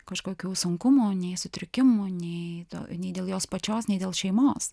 kažkokių sunkumų nei sutrikimų nei to nei dėl jos pačios nei dėl šeimos